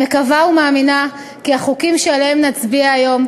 אני מקווה ומאמינה כי החוקים שעליהם נצביע היום